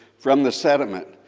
from the sediment.